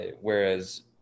Whereas